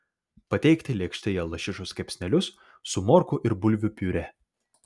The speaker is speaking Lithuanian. pateikti lėkštėje lašišos kepsnelius su morkų ir bulvių piurė